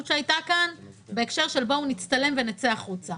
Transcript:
שהייתה כאן בהקשר של בואו נצטלם ונצא החוצה.